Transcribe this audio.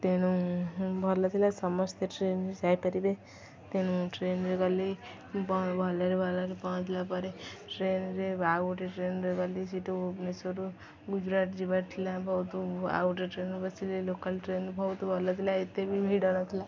ତେଣୁ ଭଲ ଥିଲା ସମସ୍ତେ ଟ୍ରେନରେ ଯାଇପାରିବେ ତେଣୁ ଟ୍ରେନରେ ଗଲି ଭଲରେ ଭଲରେ ପହଞ୍ଚିଲା ପରେ ଟ୍ରେନରେ ଆଉ ଗୋଟେ ଟ୍ରେନରେ ଗଲି ସେଠୁ ଭୁବନେଶ୍ୱରରୁ ଗୁଜୁରାଟ ଯିବାର ଥିଲା ବହୁତ ଆଉ ଗୋଟେ ଟ୍ରେନ ବସିଲେ ଲୋକାଲ ଟ୍ରେନ ବହୁତ ଭଲ ଥିଲା ଏତେ ବି ଭିଡ଼ ନଥିଲା